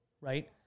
right